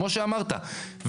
כמו שאמרת,